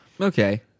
Okay